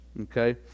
Okay